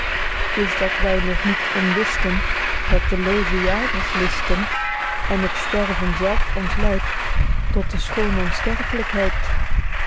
t is dat wy nog niet en wisten dat de looze jagers listen en het sterven zelf ons leidt tot de schoone onsterflykheid